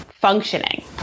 functioning